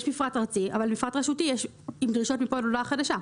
יש מפרט ארצי אבל במפרט הרשותי יש דרישות מפה ועד הודעה חדשה.